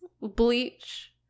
Bleach